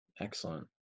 Excellent